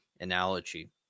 analogy